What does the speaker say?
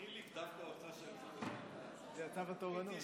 חילי, דווקא אותך שלחו --- זה יצא בתורנות.